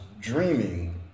dreaming